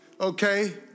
okay